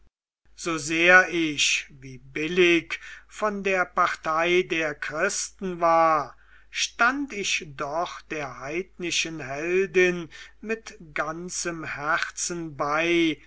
so sehr ich wie billig von der partei der christen war stand ich doch der heidnischen heldin mit ganzem herzen bei